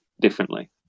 differently